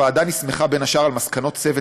הוועדה נסמכה בין השאר על מסקנות צוות